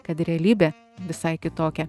kad realybė visai kitokia